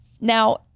Now